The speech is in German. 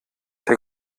der